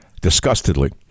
disgustedly